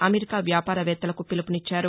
America వ్యాపారవేత్తలకు పిలుపునిచ్చారు